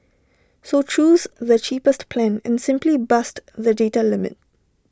so choose the cheapest plan and simply bust the data limit